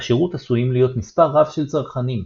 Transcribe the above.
לשירות עשויים להיות מספר רב של צרכנים.